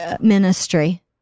ministry